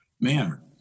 manner